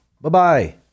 Bye-bye